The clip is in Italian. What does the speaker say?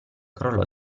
crollò